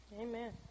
Amen